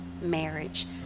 marriage